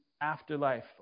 afterlife